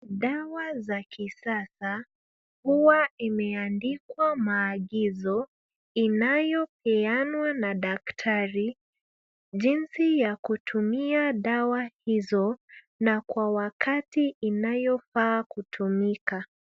Dawa za kisasa huwa imeandikwa maagizo, inayopeanwa na daktari jinsi ya kutumia dawa hizo na kwa wakati inayofaa kutumika.